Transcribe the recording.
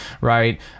right